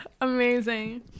Amazing